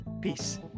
Peace